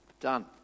Done